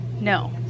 no